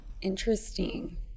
Interesting